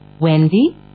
Wendy